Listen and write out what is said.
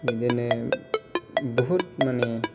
बिदिनो बुहुद माने